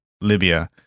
Libya